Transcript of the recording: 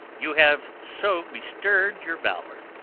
you have so bestirr'd your valour.